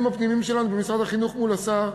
הפנימיים שלנו במשרד החינוך מול השר,